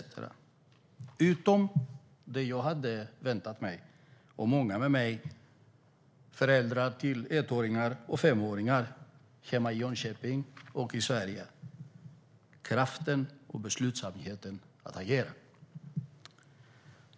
Det som saknas är det som jag och många med mig, såsom föräldrar till ettåringar och femåringar hemma i Jönköping och annorstädes i Sverige, hade väntat oss: kraften och beslutsamheten att agera.